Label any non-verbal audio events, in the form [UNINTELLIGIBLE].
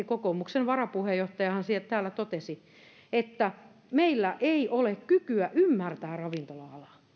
[UNINTELLIGIBLE] kokoomuksen varapuheenjohtajahan täällä totesi suoraan sanatarkasti että meillä ei ole kykyä ymmärtää ravintola alaa